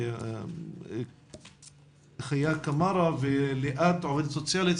את אחיה קמארה ואת ליאת שהיא עובדת סוציאלית.